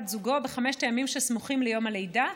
זוגו בחמשת הימים שסמוכים ליום הלידה.